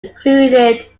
included